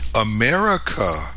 America